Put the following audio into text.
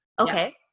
Okay